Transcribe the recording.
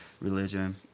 Religion